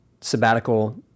sabbatical